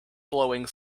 blowing